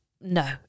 no